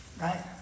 right